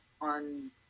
on